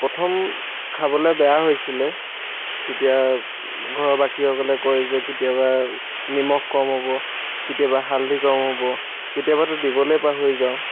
প্ৰথম খাবলৈ বেয়া হৈছিল তেতিয়া ঘৰৰ বাকীসকলে কয় যে কেতিয়াবা নিমখ কম হ'ব কেতিয়াবা হালধি কম হ'ব কেতিয়াবাতো দিবলৈয়েই পাহৰি যাওঁ